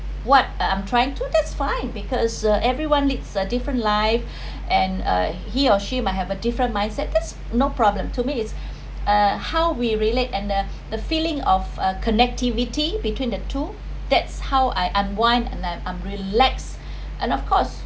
what I'm trying to that's fine because everyone leads a different life and uh he or she might have a different mindset that's no problem to me uh is how we relate and the the feeling of uh connectivity between the two that's how I unwind and I'm relax and of course